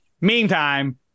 Meantime